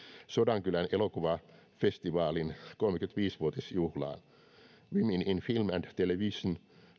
sodankylän elokuvafestivaalin kolmekymmentäviisi vuotisjuhlaan women in film television